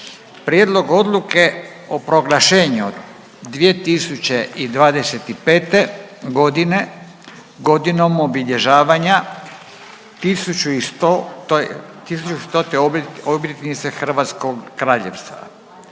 Prijedlog odluke o proglašenju 2025. godine, „Godinom obilježavanja 1100., obljetnice Hrvatskog kraljevstva“